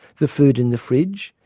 the food in the fridge,